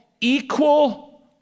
equal